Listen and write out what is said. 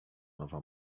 nowa